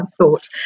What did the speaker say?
thought